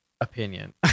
opinion